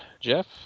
Jeff